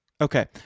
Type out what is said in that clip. Okay